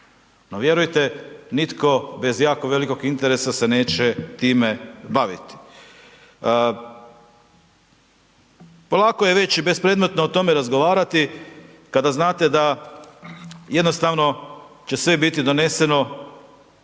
vjerujte, nitko bez jako velikog interesa se neće time baviti. Polako je već bespredmetno o tome razgovarati, kada znate da jednostavno će sve biti doneseno